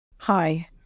Hi